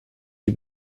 sie